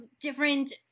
different –